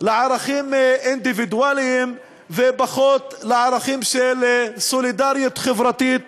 לערכים אינדיבידואליים ופחות לערכים של סולידריות חברתית